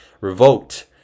revoked